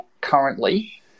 currently